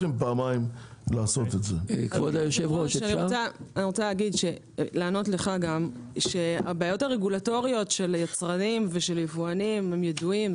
אני רוצה להגיד שהבעיות הרגולטוריות של יצרנים ויבואנים ידועות.